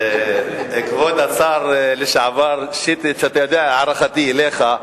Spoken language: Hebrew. כבוד השר לשעבר שטרית, אתה יודע את הערכתי אליך,